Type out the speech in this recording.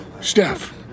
Steph